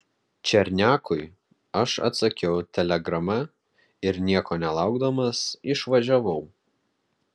černiakui aš atsakiau telegrama ir nieko nelaukdamas išvažiavau